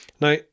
Now